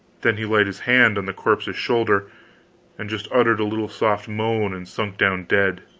then he laid his hand on the corpse's shoulder and just uttered a little soft moan and sunk down dead.